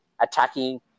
attacking